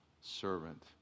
servant